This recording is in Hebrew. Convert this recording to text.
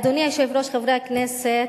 אדוני היושב-ראש, חברי הכנסת,